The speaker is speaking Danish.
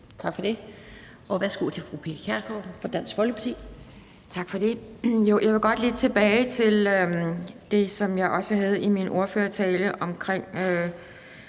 Tak for det. Værsgo til fru Pia Kjærsgaard for Dansk Folkeparti. Kl. 11:40 Pia Kjærsgaard (DF): Tak for det. Jeg vil godt lige tilbage til det, som jeg også havde med i min ordførertale omkring